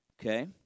Okay